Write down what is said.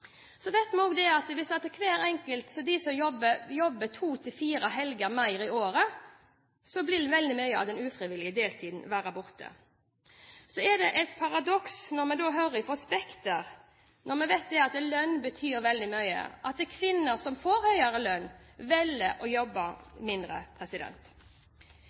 Så vet vi også at hvis hver enkelt jobber to til fire helger mer i året, vil veldig mye av den ufrivillige deltiden være borte. Det er et paradoks det vi hører fra Spekter, når vi vet at lønn betyr veldig mye, at kvinner som får høyere lønn, velger å jobbe mindre.